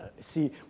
see